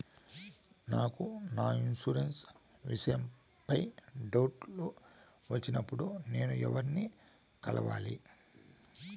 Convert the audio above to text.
నాకు నా ఇన్సూరెన్సు విషయం పై డౌట్లు వచ్చినప్పుడు నేను ఎవర్ని కలవాలి?